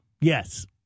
Yes